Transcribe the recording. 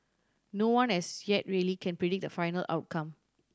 no one as yet really can predict the final outcome